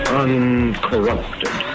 uncorrupted